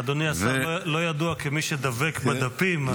אדוני השר לא ידוע כמי שדבק בדפים,